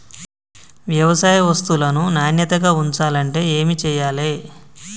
వ్యవసాయ వస్తువులను నాణ్యతగా ఉంచాలంటే ఏమి చెయ్యాలే?